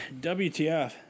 WTF